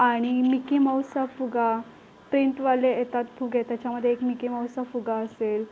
आणि मिकी माऊसचा फुगा प्रिंटवाले येतात फुगे त्याच्यामध्ये एक मिकी माऊसचा फुगा असेल